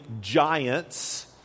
giants